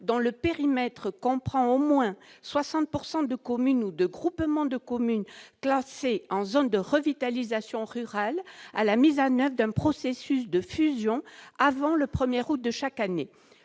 dont le périmètre comprend au moins 60 % de communes ou de groupements de communes classés en zone de revitalisation rurale à la mise en oeuvre d'un processus de fusion avant le 1 août de chaque année.